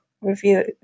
review